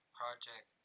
project